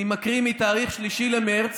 אני מקריא מתאריך 3 במרץ,